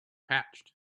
hatched